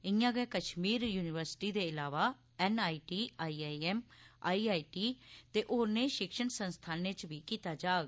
इआं गै कश्मीर यूनिवर्सिटी दे इलावा एनआईटी आईआईएम आईआईटी ते होरने शिक्षण संस्थानें च बी कीता जाग